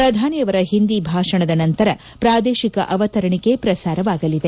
ಪ್ರಧಾನಿಯವರ ಹಿಂದಿ ಭಾಷಣದ ನಂತರ ಪ್ರಾದೇಶಿಕ ಅವತರಣಿಕೆ ಪ್ರಸಾರವಾಗಲಿದೆ